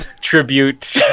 tribute